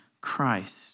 Christ